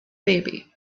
baby